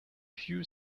few